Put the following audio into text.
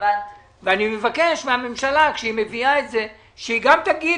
ואני מבקש כשהממשלה מביאה את זה שהיא גם תגיד